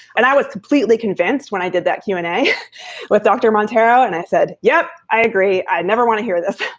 and i was completely convinced when i did that q and a with dr. monteiro and i said, yeah, i agree. i never want to hear this.